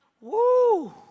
Woo